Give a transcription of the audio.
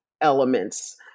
elements